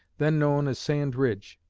then known as sand ridge.